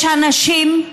יש אנשים,